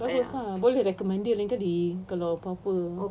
bagus ah boleh recommend dia lain kali kalau apa-apa